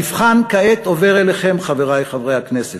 המבחן כעת עובר אליכם, חברי חברי הכנסת.